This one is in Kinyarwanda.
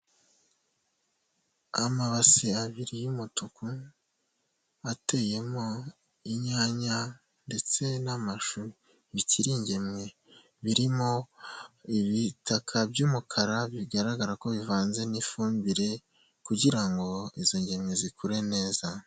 Amabasi abiri y'umutuku, ateyemo inyanya ndetse n'amashu bikiri ingemwe birimo ibitaka by'umukara, bigaragara ko bivanze n'ifumbire kugirango izo ngemwe zikure neza.